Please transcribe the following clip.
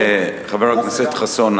חבר הכנסת חסון,